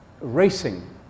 racing